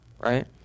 right